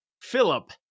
Philip